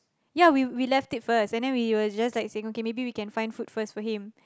ya we we left it first and then we were just like saying okay maybe we can find food first for him